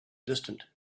distant